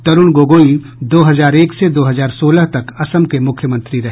तरूण गोगोई दो हजार एक से दो हजार सोलह तक असम के मुख्यमंत्री रहे